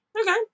Okay